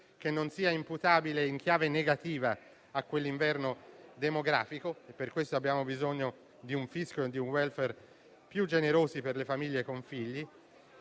che non sia imputabile in chiave negativa a tale inverno demografico, per questo abbiamo bisogno di un fisco e di un *welfare* più generosi per le famiglie con figli.